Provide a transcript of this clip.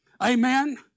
Amen